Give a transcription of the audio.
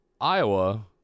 Iowa